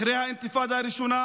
אחרי האינתיפאדה הראשונה,